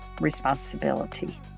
responsibility